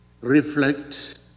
reflect